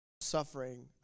suffering